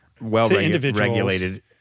well-regulated